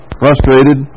frustrated